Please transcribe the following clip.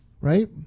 Right